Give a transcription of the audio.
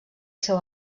seu